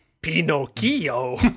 Pinocchio